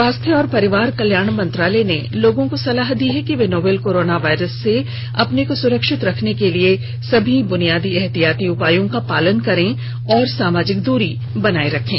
स्वास्थ्य और परिवार कल्याण मंत्रालय ने लोगों को सलाह दी है कि वे नोवल कोरोना वायरस से अपने को सुरक्षित रखने के लिए सभी बुनियादी एहतियाती उपायों का पालन करें और सामाजिक दूरी बनाए रखें